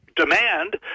demand